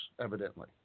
evidently